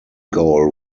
goal